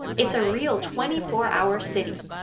it's a real twenty four hour city